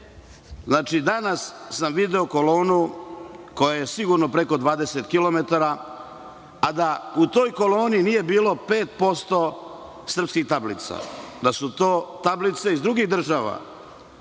Danas sam video kolonu koja je sigurno preko 20 km, a da u toj koloni nije bilo 5% srpskih tablica, da su to tablice iz drugih država,